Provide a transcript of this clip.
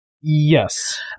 Yes